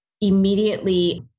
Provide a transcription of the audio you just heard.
immediately